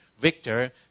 Victor